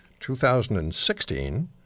2016